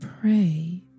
pray